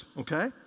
okay